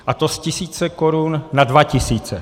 A to z tisíce korun na dva tisíce.